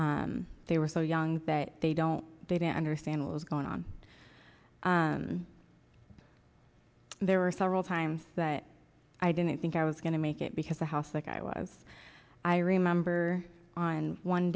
they were so young that they don't they didn't understand what was going on there were several times that i didn't think i was going to make it because the house like i was i remember on one